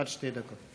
עד שתי דקות.